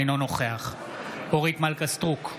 אינו נוכח אורית מלכה סטרוק,